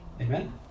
Amen